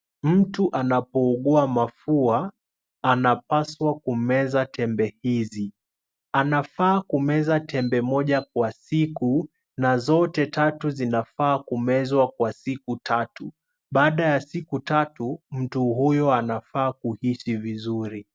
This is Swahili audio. Mtu anapougua mafua anapashwa kumeza tembe hizi, anafaa kumeza tembe moja kwa siku, na zote tatu zinafaa kumezwa kwa siku tatu, baada ya siku tatu mtu huyo anafaa kuhisi vizuri.